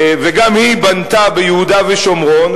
וגם היא בנתה ביהודה ושומרון,